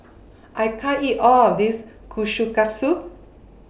I can't eat All of This Kushikatsu